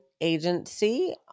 agency